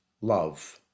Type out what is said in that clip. love